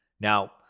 Now